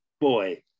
Boy